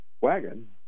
wagon